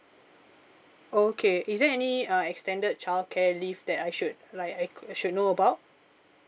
okay is there any uh extended childcare leave that I should like I could should know about